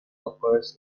occurs